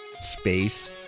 space